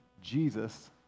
Jesus